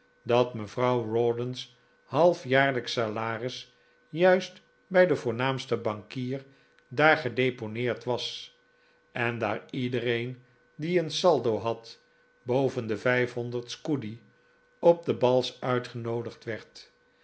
dat mevrouw rawdon's halfjaarlijksch salaris juist bij den voornaamsten bankier daar gedeponeerd was en daar iedereen die een saldo had boven de vijf honderd scudi op de bals uitgenoodigd werd